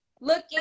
looking